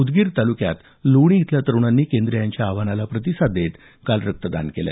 उदगीर तालुक्यात लोणी इथल्या तरुणांनी केंद्रे यांच्या आवाहनाला प्रतिसाद देत काल रक्तदान केलं